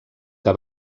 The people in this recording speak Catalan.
que